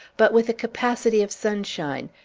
but with a capacity of sunshine,